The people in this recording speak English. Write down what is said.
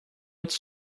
its